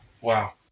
wow